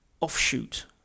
offshoot